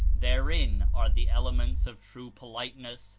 therein are the elements of true politeness,